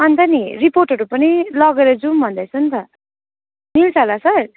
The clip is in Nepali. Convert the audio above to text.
अन्त नि रिपोर्टहरू पनि लगेर जाउँ भन्दैछु नि त मिल्छ होला सर